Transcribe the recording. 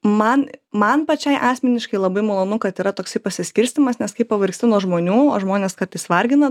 man man pačiai asmeniškai labai malonu kad yra toksai pasiskirstymas nes kai pavargsti nuo žmonių o žmonės kartais vargina